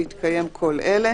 בהתקיים כל אלה: